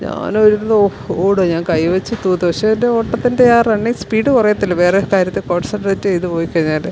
ഞാനൊരു വിധം ഓ ഓടാൻ ഞാൻ കൈ വെച്ച് തൂത്ത് പക്ഷേ ൻ്റെ ഓട്ടത്തിൻ്റെ ആ റണ്ണിങ് സ്പീഡ് കുറയത്തില്ല വേറെ കാര്യത്ത് കോൺസെൺട്രറ്റ് ചെയ്ത് പോയി കഴിഞ്ഞാൽ